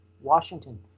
Washington